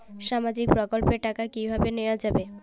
সামাজিক প্রকল্পের টাকা কিভাবে নেওয়া যাবে?